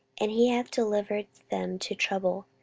and he hath delivered them to trouble,